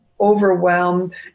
overwhelmed